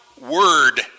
word